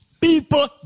people